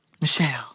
Michelle